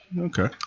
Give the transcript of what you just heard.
Okay